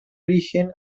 origen